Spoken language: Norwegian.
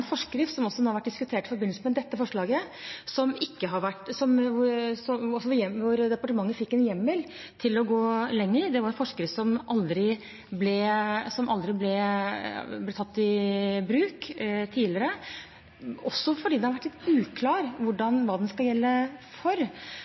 forskrift som også har vært diskutert i forbindelse med dette forslaget – der departementet fikk en hjemmel til å gå lenger. Det var en forskrift som aldri ble tatt i bruk, også fordi det har vært